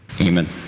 Amen